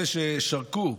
אלה ששרקו,